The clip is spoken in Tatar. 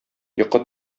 йокы